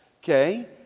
Okay